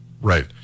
Right